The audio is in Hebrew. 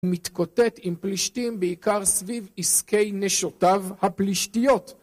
מתקוטט עם פלישתים בעיקר סביב עסקי נשותיו הפלישתיות